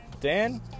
Dan